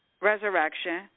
resurrection